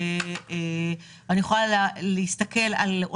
כשאני מדברת על מעל